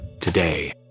Today